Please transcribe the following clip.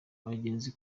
abagenzi